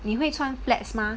你会穿 flats mah